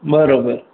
બરોબર